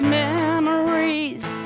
memories